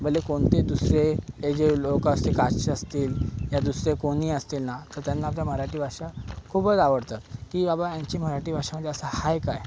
भले कोणते दुसरे याचे लोक असतील दुसऱ्या कास्टचे असतील या दुसरे कोणी असतील ना तर त्यांना तर मराठी भाषा खूपच आवडतं की बाबा यांची मराठी भाषामध्ये असं आहे काय